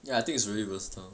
ya I think it's really versatile